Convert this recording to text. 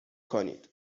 کنید